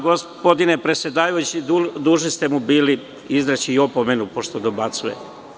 Gospodine predsedavajući, bili ste dužni da izreknete opomenu pošto dobacuje.